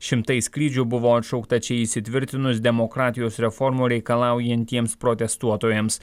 šimtai skrydžių buvo atšaukta čia įsitvirtinus demokratijos reformų reikalaujantiems protestuotojams